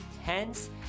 Hence